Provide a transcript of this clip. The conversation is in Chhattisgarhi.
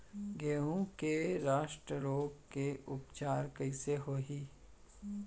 गेहूँ के रस्ट रोग के उपचार कइसे होही?